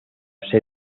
ser